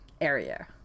area